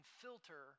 filter